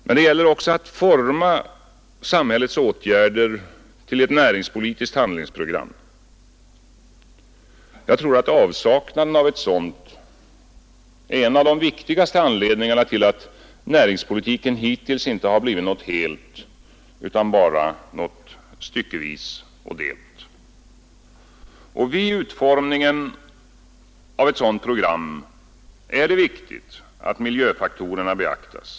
Men det gäller också att forma samhällets åtgärder till ett näringspolitiskt handlingsprogram. Avsaknaden av ett sådant tror jag är en av de viktigaste anledningarna till att näringspolitiken hittills inte blivit någonting helt utan enbart någonting styckevis och delt. Vid utformningen av ett sådant program är det viktigt att miljöfaktorerna beaktas.